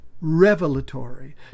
revelatory